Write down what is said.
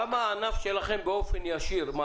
כמה הענף שלכם מעסיק באופן ישיר?